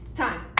Time